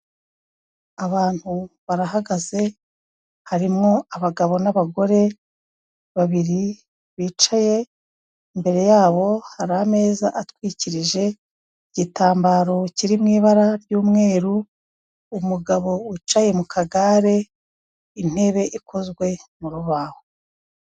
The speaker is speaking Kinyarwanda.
Abantu barahagaze, harimo abagabo n'abagore babiri bicaye, imbere yabo hari ameza atwikirije igitambaro kiri mu ibara ry'umweru, umugabo wicaye mu kagare, intebe ikozwe mu rubaho.